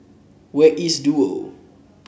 where is Duo